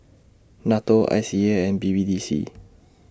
NATO I C A and B B D C